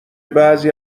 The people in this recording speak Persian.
بعضی